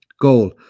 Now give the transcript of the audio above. goal